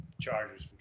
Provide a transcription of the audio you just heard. Chargers